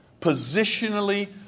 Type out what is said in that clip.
Positionally